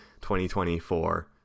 2024